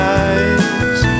eyes